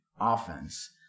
offense